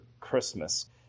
Christmas